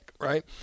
right